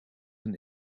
een